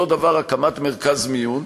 אותו הדבר, הקמת מרכז מיון.